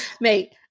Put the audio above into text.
Mate